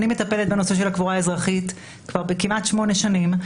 אני מטפלת בנושא הקבורה האזרחית כמעט שמונה שנים.